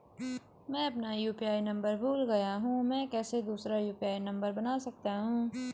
मैं अपना UPI number भूल गया हूँ मैं कैसे दूसरा यु.पी.आई नम्बर बना सकता हूँ?